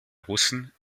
russen